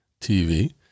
tv